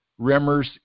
Remmers